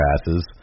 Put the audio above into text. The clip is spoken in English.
asses